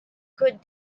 got